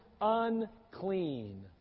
unclean